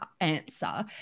answer